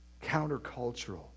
countercultural